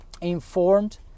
informed